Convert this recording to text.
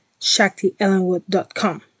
Shaktiellenwood.com